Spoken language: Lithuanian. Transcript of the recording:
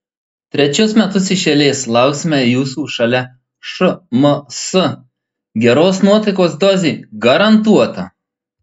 trečius metus iš eiles lauksime jūsų šalia šmc geros nuotaikos dozė garantuota